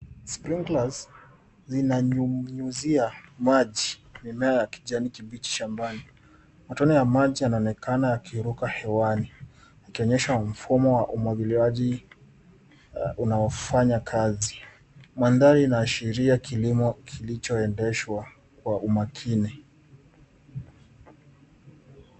Sprinklers zinanyunyuzia maji mimea ya kijani kibichi shambani. Matone ya maji yanaonekana yakiruka hewani, yakionyesha mfumo wa umwagiliaji unaofanya kazi. Mandhari inaashiria kilimo kilichoendeshwa kwa umakini.